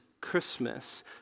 Christmas